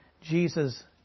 Jesus